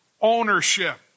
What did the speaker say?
ownership